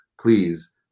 Please